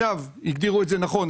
הגדירו את נכון,